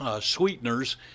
Sweeteners